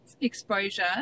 exposure